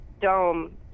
dome